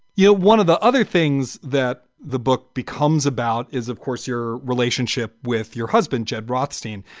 you're one of the other things that the book becomes about is, of course, your relationship with your husband, jed rothstein,